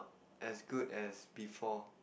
as good as before